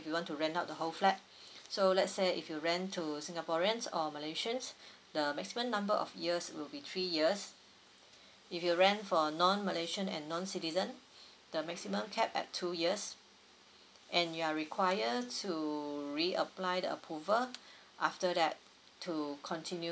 if you want to rent out the whole flat so let's say if you rent to singaporeans or malaysians the maximum number of years will be three years if you ran for non malaysian and non citizen the maximum cap at two years and you are required to reapply the approval after that to continue